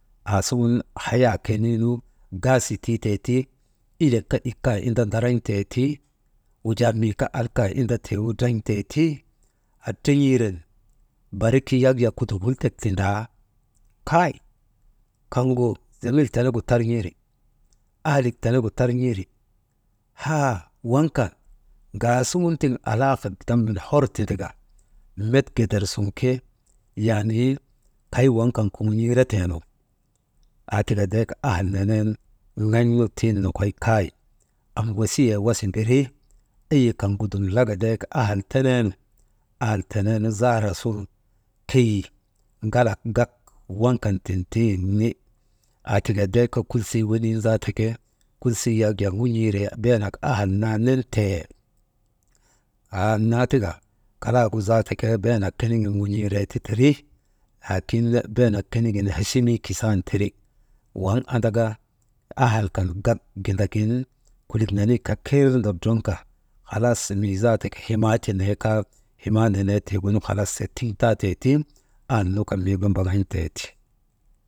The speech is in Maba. Aasuŋun haya koniinu gaasii tiitee ti, ilek kaa ika imda ndaran̰tee ti, wujaa mii kaa alka inda tiigu dran̰tee ti, haa tren̰iiren barik yak jaa kudukultek tindaa, kay kaŋgu zemil tenegu tarn̰iri, ahalik tenegu tarn̰iri, haa waŋ kan ŋaasuŋun tiv dammin hor tindika, met gedersun ke yaanii kay waŋ kan kuŋun̰eeretee nu, aa tika ndek ahal nenen ŋon̰u tiŋ nokoy kay, am wasiyee wasa mbirii ayi kaŋgu dum laka ahal teneenu, ahala teneenu zahara sun keyi ŋalak gak waŋkan tintini, aa tika kulsii wenin zaate ke kulsii, yak jaa ŋun̰iiree Beenak ahal naa nentee, haa annnaa tika kalagu zaate ke Beenak konigin ŋun̰iiree ti tiri, lakin Beenak kenigin hesimii kisan tiri, waŋ anndaka ahal nenek kan gak gindagin kulik nenek kaa kir ndodroŋka, halas mii kaa himaa ti nee kaa himaa nenee tiŋ tiŋ taate ti, ahal nu kaa miigu mbaŋan̰tee ti.